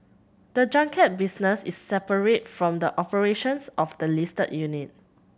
the junket business is separate from the operations of the listed unit